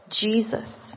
Jesus